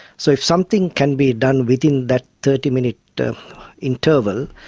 so if something can be done within that thirty minute interval,